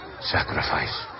sacrifice